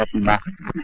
ah be massacred.